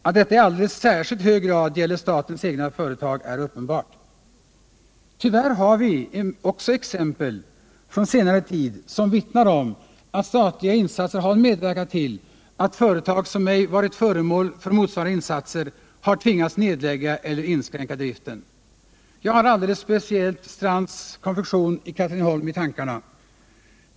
Att detta i alldeles särskilt hög grad gäller statens egna företag är uppenbart. Tyvärr har vi också exempel från senare tid som vittnar om att statliga insatser har medverkat till att företag som ej varit föremål för motsvarande insatser har tvingats nedlägga eller inskränka driften. Jag har alldeles speciellt Strands Konfektion i Katrineholm i tankarna.